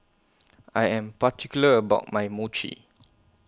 I Am particular about My Mochi